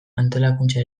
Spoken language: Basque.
antolakuntza